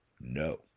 No